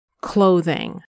clothing